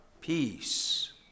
peace